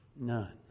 none